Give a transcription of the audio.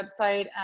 website